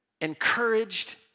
encouraged